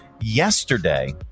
Yesterday